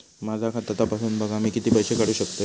माझा खाता तपासून बघा मी किती पैशे काढू शकतय?